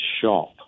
shop